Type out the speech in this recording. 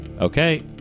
Okay